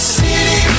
city